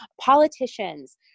politicians